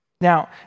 Now